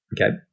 Okay